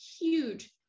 huge